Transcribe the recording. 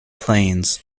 plains